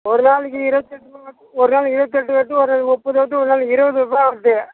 ஒரு நாளைக்கு இருபத்தி எட்டுன்னால் ஒரு நாளைக்கு இருபத்தி எட்டு வருது ஒரு முப்பது வருது ஒரு நாள் இருபதுருவா வருது